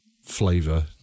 flavor